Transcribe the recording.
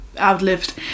outlived